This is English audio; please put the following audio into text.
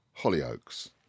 Hollyoaks